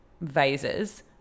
vases